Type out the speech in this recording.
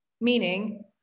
meaning